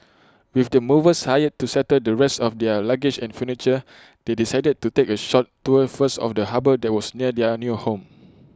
with the movers hired to settle the rest of their luggage and furniture they decided to take A short tour first of the harbour that was near their new home